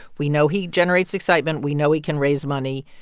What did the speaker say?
we know he generates excitement. we know he can raise money.